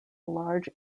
large